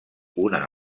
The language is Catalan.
una